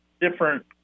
different